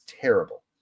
terrible